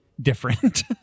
different